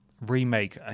remake